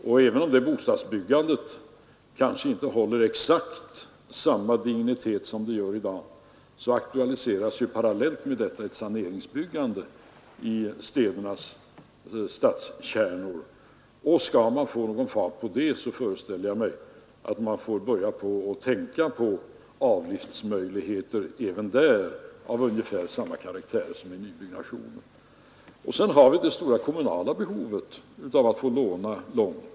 Och även om detta bostadsbyggande kanske inte kommer att få exakt samma dignitet som det har i dag, aktualiseras parallellt härmed ett saneringsbyggande i stadskärnorna. Skall man få någon fart på denna verksamhet, föreställer jag mig att man får börja tänka på avlyftsmöjligheter för detta ändamål av ungefär samma karaktär som i nybyggnationen. Det finns även ett stort kommunalt behov av långfristig upplåning.